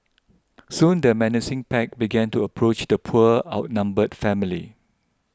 soon the menacing pack began to approach the poor outnumbered family